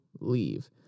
leave